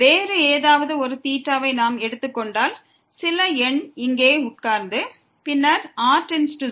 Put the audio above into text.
வேறு ஏதாவது ஒரு θ வை நாம் எடுத்துக் கொண்டால் சில எண் இங்கே இருக்கும் பின்னர் r→0